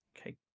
Okay